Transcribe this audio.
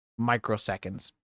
microseconds